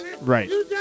right